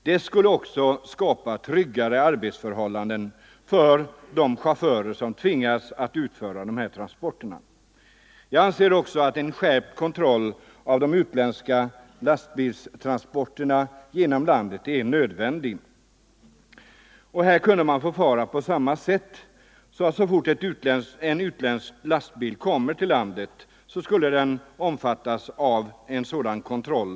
Det skulle vidare — stämmelserna för skapa tryggare arbetsförhållanden för de chaufförer som tvingas utföra — transporter av sådana transporter. farligt gods Jag anser även att en skärpt kontroll av de utländska lastbilstransporterna inom landet är nödvändig. Här kunde man förfara på samma sätt —- så snart en utländsk lastbil kommer in i landet skulle den omfattas av denna kontroll.